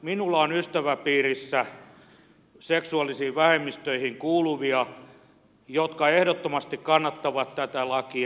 minulla on ystäväpiirissä seksuaalisiin vähemmistöihin kuuluvia jotka ehdottomasti kannattavat tätä lakia